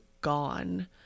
gone